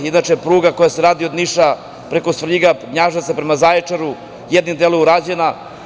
Inače pruga koja se radi od Niša preko Svrljiga, Knjaževca prema Zaječaru je jednim delom urađena.